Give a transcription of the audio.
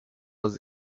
was